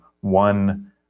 One